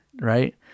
right